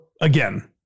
again